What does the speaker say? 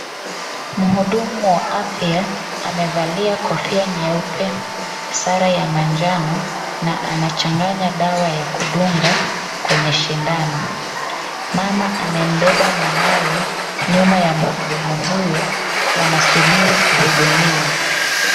Mhudumu wa afya, amevalia kofia nyeupe, sare ya manjano na anachanganya dawa ya kudunga kwenye sindano. Mama amembeba mwanawe , nyuma ya mhudumu huyu. Wanasubiri kuhudumiwa.